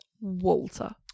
Walter